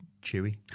chewy